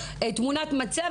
תמונת מצב.